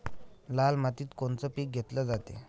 लाल मातीत कोनचं पीक घेतलं जाते?